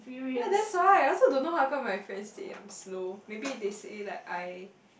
ya that's why I also don't know how come my friend say I am slow maybe that say like I